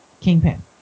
Kingpin